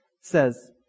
says